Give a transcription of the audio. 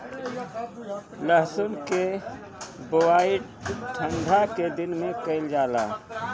लहसुन के बोआई ठंढा के दिन में कइल जाला